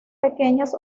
pequeñas